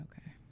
Okay